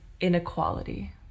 inequality